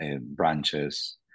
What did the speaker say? branches